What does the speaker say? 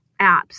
apps